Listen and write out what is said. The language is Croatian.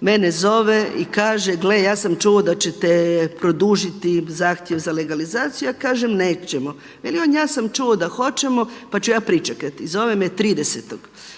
mene zove i kaže: „Gle ja sam čuo da ćete produžiti zahtjev za legalizaciju.“ Ja kažem: „Nećemo.“ Veli on: „Ja sam čuo da hoćemo, pa ću ja pričekati.“ I zove me 30.